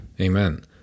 Amen